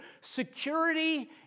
security